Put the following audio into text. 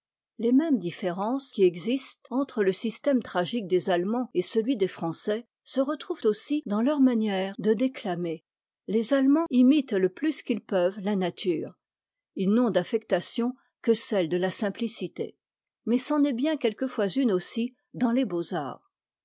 les mêmes différences qui existent entre le système tragique des allemands et celui des français se retrouvent aussi dans leur manière de déctamer les allemands imitent le plus qu'ils peuvent la nature ils n'ont d'affectation que celle de la simplicité mais c'en est bien quelquefois une aussi dans les beaux-arts